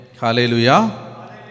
Hallelujah